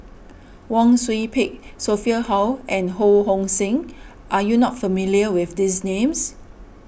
Wang Sui Pick Sophia Hull and Ho Hong Sing are you not familiar with these names